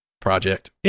project